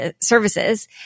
services